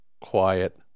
quiet